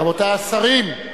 רבותי השרים.